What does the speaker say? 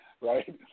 right